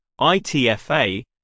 ITFA